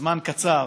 לזמן קצר,